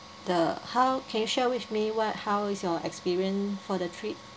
the how can you share with me what how is your experience for the trip